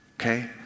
Okay